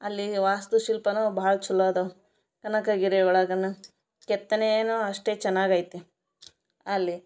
ಅಲ್ಲಿ ವಾಸ್ತುಶಿಲ್ಪನು ಭಾಳ ಚಲೋ ಅದಾವೆ ಕನಕಗಿರಿ ಒಳಗನು ಕೆತ್ತನೇನು ಅಷ್ಟೇ ಚೆನ್ನಾಗಿ ಐತೆ ಅಲ್ಲಿ